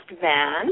van